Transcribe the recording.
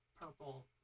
purple